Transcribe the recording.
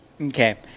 Okay